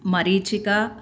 मरीचिका